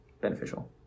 beneficial